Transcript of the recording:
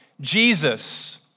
Jesus